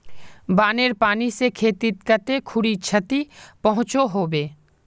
बानेर पानी से खेतीत कते खुरी क्षति पहुँचो होबे?